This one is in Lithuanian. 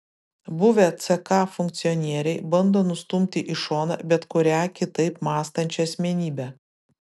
buvę ck funkcionieriai bando nustumti į šoną bet kurią kitaip mąstančią asmenybę